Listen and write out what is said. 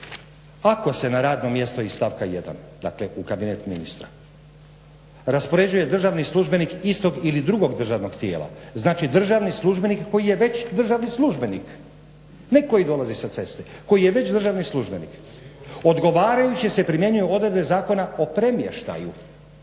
Ako se na radno mjesto iz savka 1., dakle u kabinet ministra, raspoređuje državni službenik istog ili drugog državnog tijela, znači državni službenik koji je već državni službenik, ne koji dolazi sa ceste, koji je već državni službenik odgovarajuće se primjenjuju odredbe Zakona o premještaju.